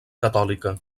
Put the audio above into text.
catòlica